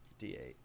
d8